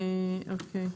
אוקיי.